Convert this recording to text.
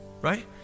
Right